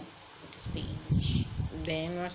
how to speak english